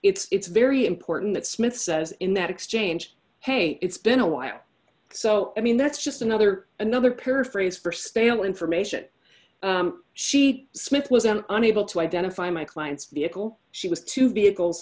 and it's very important that smith says in that exchange hey it's been a while so i mean that's just another another paraphrase for stale information she smith wasn't unable to identify my client's vehicle she was two vehicles